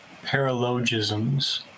paralogisms